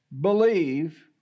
believe